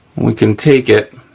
we can take it,